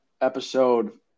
episode